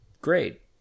great